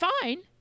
fine